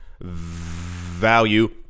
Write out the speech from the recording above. value